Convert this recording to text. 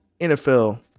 NFL